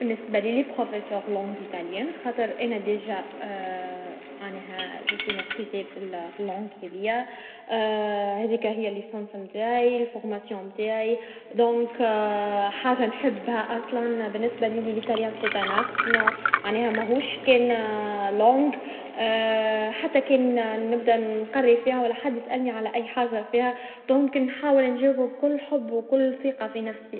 نجم نكون جيد في الوظائف اللي تتطلب التواصل مع الناس، كيما المبيعات أو التعليم. عندي قدرة على فهم الآخرين ونتفاعل معهم بطريقة إيجابية. نحب نساعد الناس ونشارك الأفكار، وهذا يعطيني طاقة كبيرة. العمل في بيئة اجتماعية يكون ممتع، ويخلي الواحد يحس بأنه ينقلب في حياة الآخرين بشكل إيجابي.